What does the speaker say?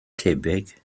tebyg